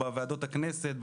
בוועדות הכנסת,